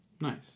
Nice